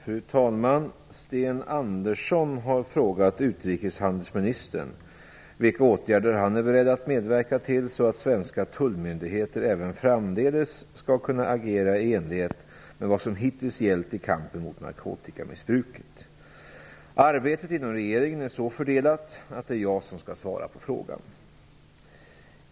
Fru talman! Sten Andersson har frågat utrikeshandelsministern vilka åtgärder denne är beredd att medverka till så att svenska tullmyndigheter även framdeles skall kunna agera i enlighet med vad som hittills gällt i kampen mot narkotikamissbruket. Arbetet inom regeringen är så fördelat att det är jag som skall svara på frågan.